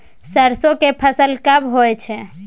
सरसो के फसल कब होय छै?